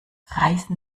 reißen